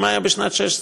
ומה היה בשנת 2015,